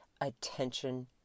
attention